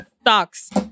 stocks